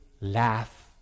laugh